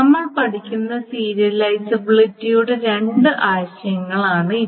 നമ്മൾ പഠിക്കുന്ന സീരിയലൈസബിലിറ്റിയുടെ രണ്ട് ആശയങ്ങളാണ് ഇവ